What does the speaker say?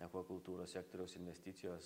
akvakultūros sektoriaus investicijos